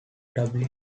dublin